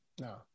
No